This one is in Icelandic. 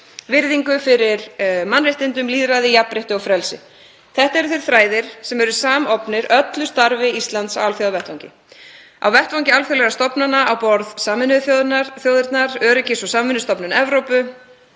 virðingu fyrir mannréttindum, lýðræði, jafnrétti og frelsi. Það eru þeir þræðir sem eru samofnir öllu starfi Íslands á alþjóðavettvangi. Á vettvangi alþjóðlegra stofnana á borð við Sameinuðu þjóðirnar, Öryggis- og samvinnustofnun Evrópu